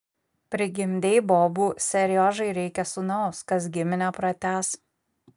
prigimdei bobų seriožai reikia sūnaus kas giminę pratęs